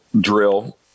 drill